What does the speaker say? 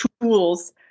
tools